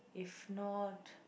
if not